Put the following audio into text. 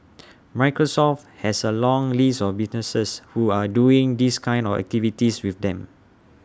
Microsoft has A long list of businesses who are doing these kind of activities with them